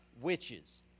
witches